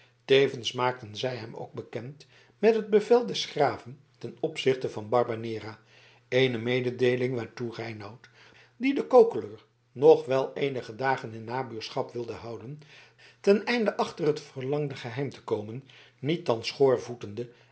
tevens maakten zij hem ook bekend met het bevel des graven ten opzichte van barbanera eene mededeeling waartoe reinout die den kokeler nog wel eenige dagen in de nabuurschap wilde houden ten einde achter het verlangde geheim te komen niet dan schoorvoetende